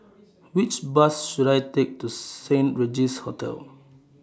Which Bus should I Take to Saint Regis Hotel